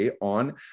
on